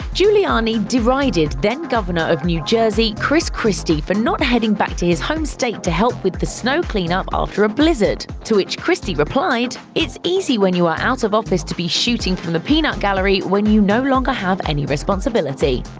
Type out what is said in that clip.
giuliani derided then-governor of new jersey chris christie for not heading back to his home state to help with snow clean-up after a blizzard, to which christie replied, it's easy when you are out of office to be shooting from the peanut gallery when you no longer have any responsibility.